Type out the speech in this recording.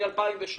מ-2003,